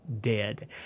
dead